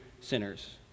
sinners